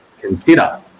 consider